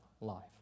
life